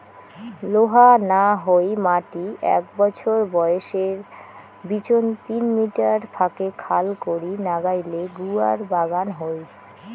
লোহা না হই মাটি এ্যাক বছর বয়সের বিচোন তিন মিটার ফাকে খাল করি নাগাইলে গুয়ার বাগান হই